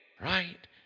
Right